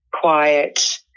quiet